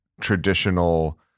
traditional